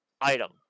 item